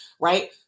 right